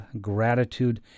gratitude